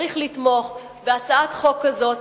צריך לתמוך בהצעת חוק כזאת,